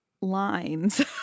lines